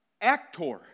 Actor